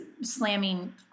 slamming